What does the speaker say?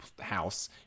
house